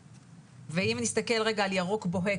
ואם נסתכל רגע על ירוק בוהק,